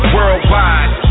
Worldwide